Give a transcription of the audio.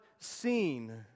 seen